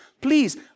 Please